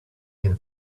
again